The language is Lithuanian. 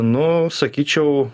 nu sakyčiau